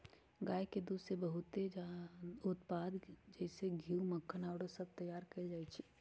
गाय के दूध से बहुते उत्पाद जइसे घीउ, मक्खन आउरो सभ तइयार कएल जाइ छइ